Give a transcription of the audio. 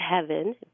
Heaven